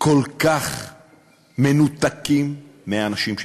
כל כך מנותקים מהאנשים שלכם.